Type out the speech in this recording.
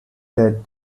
that